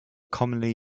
commonly